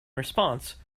response